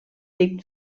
legt